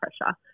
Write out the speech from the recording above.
pressure